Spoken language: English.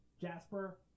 jasper